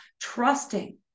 trusting